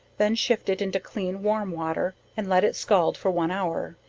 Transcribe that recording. then shift it into clean warm water, and let it scald for one hour,